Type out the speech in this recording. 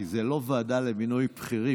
כי זו לא ועדה למינוי בכירים.